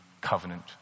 covenant